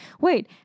wait